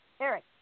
Eric